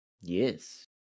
yes